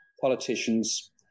politicians